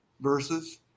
Verses